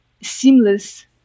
seamless